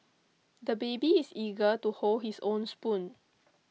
the baby is eager to hold his own spoon